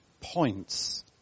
points